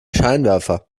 scheinwerfer